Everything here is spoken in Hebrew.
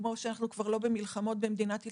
כמו שאנחנו כבר לא במלחמות במדינת ישראל,